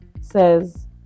says